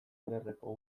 ederreko